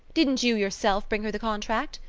didn't you yourself bring her the contract?